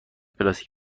پلاستیک